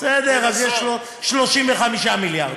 ואני רואה אתכם חדשות לבקרים, בכל חוק, כל חוק,